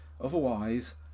otherwise